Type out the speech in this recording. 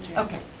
okay.